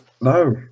no